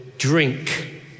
drink